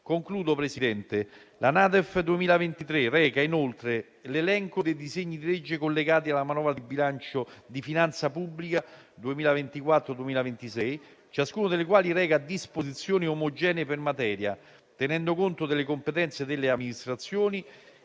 conclusione, Presidente, la NADEF 2023 reca l'elenco dei disegni di legge collegati alla manovra di finanza pubblica 2024-2026, ciascuno dei quali reca disposizioni omogenee per materia, tenendo conto delle competenze delle amministrazioni,